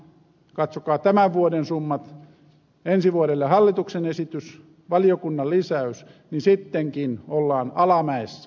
katsokaa tämän vuoden summat ensi vuodelle hallituksen esitys valiokunnan lisäys niin sittenkin ollaan alamäessä